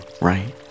right